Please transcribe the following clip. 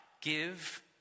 give